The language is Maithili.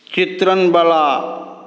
चित्रणवला